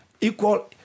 equal